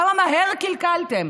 כמה מהר קלקלתם.